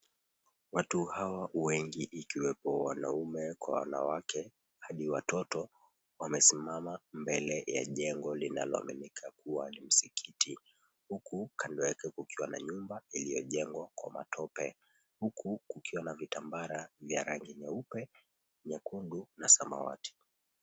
Watu hawa wengi ikiwepo wanaume kwa wanawake hadi watoto, wamesimama mbele ya jengo linaloaminika kuwa Msikiti. Huku kando yake kukiwa na nyumba iliyojengwa kwa matope. Huku kukiwa na vitambara vya rangi nyeupe, nyekundu na samawati.